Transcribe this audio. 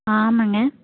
ஆமாங்க